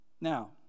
Now